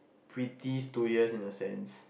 pretty two years in a sense